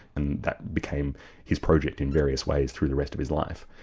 and that became his project in various ways, through the rest of his life,